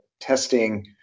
testing